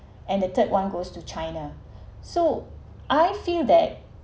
and the third one goes to china so I feel that